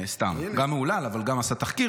סתם, גם מהולל, אבל גם עשה תחקיר.